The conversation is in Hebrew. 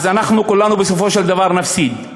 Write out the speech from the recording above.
אנחנו כולנו בסופו של דבר נפסיד.